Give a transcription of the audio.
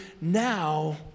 now